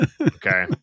Okay